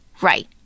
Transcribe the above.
Right